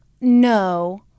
No